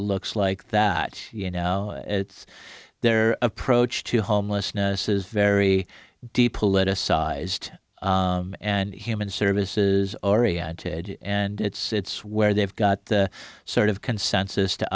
looks like that you know it's their approach to homelessness is very deep politicized and human services oriented and it's where they've got sort of consensus to